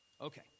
Okay